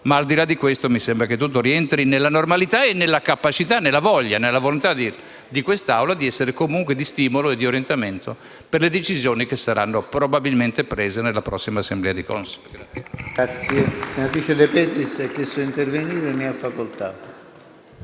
Al di là di questo, mi pare che tutto rientri nella normalità, nella capacità e nella volontà di questa Assemblea di essere comunque di stimolo e di orientamento per le decisioni che saranno probabilmente prese nella prossima assemblea di Consip.